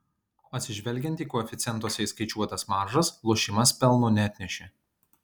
atsižvelgiant į koeficientuose įskaičiuotas maržas lošimas pelno neatnešė